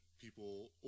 people